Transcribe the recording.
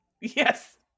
Yes